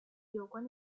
有关